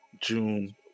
June